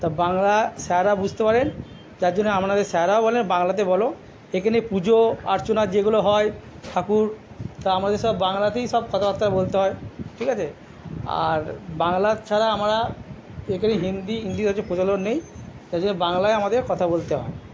তা বাংলা স্যাররা বুঝতে পারেন যার জন্যে আপনাদের স্যাররাও বলেন বাংলাতে বলো এখানে পুজো অর্চনা যেগুলো হয় ঠাকুর তা আমাদের সব বাংলাতেই সব কথাবার্তা বলতে হয় ঠিক আছে আর বাংলা ছাড়া আমরা এখানে হিন্দি ইংলিশ হচ্ছে প্রচলন নেই তাই জন্য বাংলায় আমাদের কথা বলতে হয়